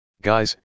Guys